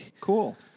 Cool